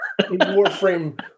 Warframe